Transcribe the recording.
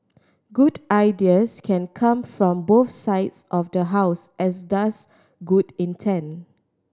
good ideas can come from both sides of the House as does good intent